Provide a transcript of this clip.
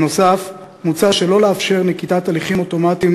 נוסף על כך מוצע שלא לאפשר נקיטת הליכים אוטומטיים